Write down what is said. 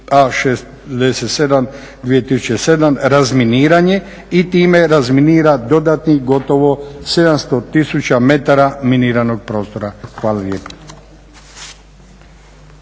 A67 2007 razminiranje i time razminira dodatnih gotovo 700 tisuća metara miniranog prostora. Hvala